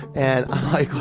and i'm